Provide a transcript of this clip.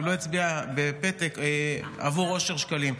הוא לא הצביע בפתק עבור אושר שקלים,